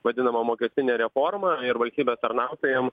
vadinama mokestinė reforma ir valstybės tarnautojam